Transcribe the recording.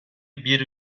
bir